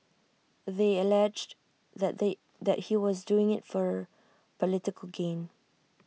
they alleged that they that he was doing IT for political gain